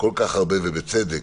כל כך הרבה, ובצדק,